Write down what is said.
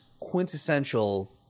quintessential